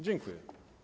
Dziękuję.